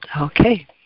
okay